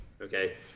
okay